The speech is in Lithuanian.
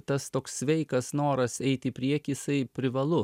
tas toks sveikas noras eit į priekį isai privalu